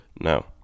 No